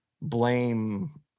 blame